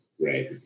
right